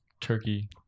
turkey